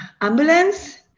ambulance